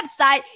website